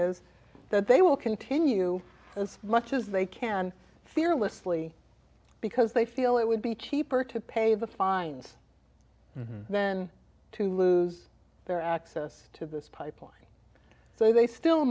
is that they will continue as much as they can fearlessly because they feel it would be cheaper to pay the fines then to lose their access to this pipeline so they still